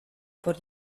por